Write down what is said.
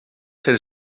ser